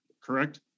correct